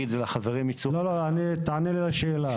לא, תענה לי על השאלה.